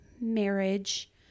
marriage